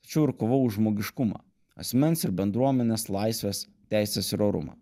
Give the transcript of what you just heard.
čia jau ir kova už žmogiškumą asmens ir bendruomenės laisves teises ir orumą